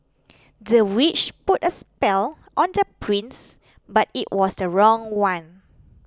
the witch put a spell on the prince but it was the wrong one